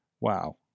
Wow